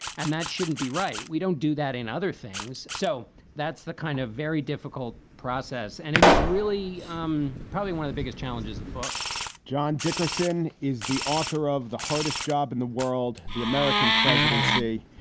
and that shouldn't be right. we don't do that in other things. so that's the kind of very difficult process. and it was really um probably one of the biggest challenges of the book john dickerson is the author of the hardest job in the world, the american presidency.